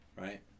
Right